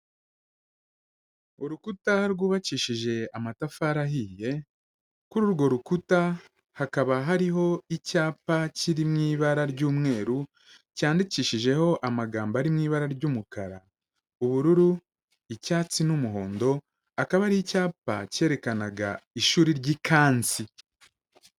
Urukuta rwubakishije amatafari ahiye, kuri urwo rukuta hakaba hariho icyapa kiri mu ibara ry'umweru, cyandikishijeho amagambo ari mu ibara ry'umukara, ubururu, icyatsi n'umuhondo, akaba ari icyapa cyerekanaga ishuri ry'i Kansi.